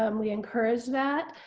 um we encourage that,